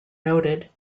noted